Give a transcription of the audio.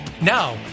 Now